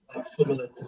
similar